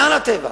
מעל הטבע.